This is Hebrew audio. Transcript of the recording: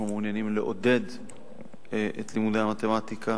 אנחנו מעוניינים לעודד את לימודי המתמטיקה.